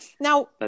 Now